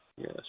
Yes